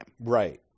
Right